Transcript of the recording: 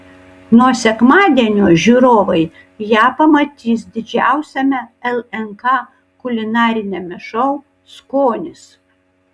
nuo sekmadienio žiūrovai ją pamatys didžiausiame lnk kulinariniame šou skonis